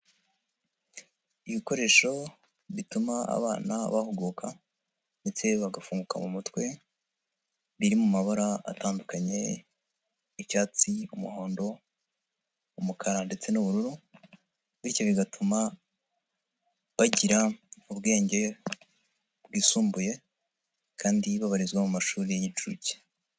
Ibikoresho bituma abana bahuguka ndetse bagafunguka mu mutwe, biri mu mabara atandukanye, icyatsi, umuhondo, umukara ndetse n'ubururu bityo bigatuma bagira ubwenge bwisumbuye kandi babarizwa mu mashuri y'incuke.